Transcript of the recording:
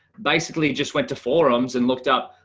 basically just went to forums and looked up.